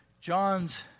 John's